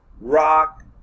rock